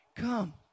Come